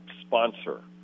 sponsor